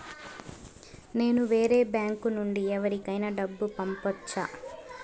నేను వేరే బ్యాంకు నుండి ఎవరికైనా డబ్బు పంపొచ్చా?